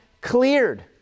cleared